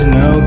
no